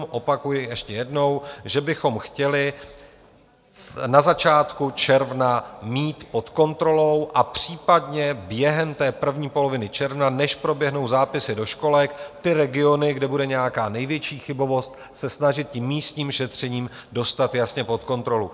Opakuju ještě jednou, že bychom chtěli na začátku června mít pod kontrolou a případně během té první poloviny června, než proběhnou zápisy do školek, ty regiony, kde bude nějaká největší chybovost, se snažit místním šetřením dostat jasně pod kontrolu.